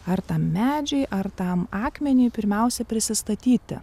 ar tam medžiui ar tam akmeniui pirmiausia prisistatyti